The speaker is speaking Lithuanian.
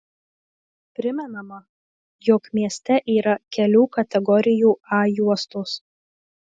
primenama jog mieste yra kelių kategorijų a juostos